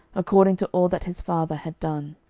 according to all that his father had done.